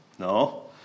No